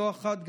לא אחת,